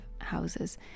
houses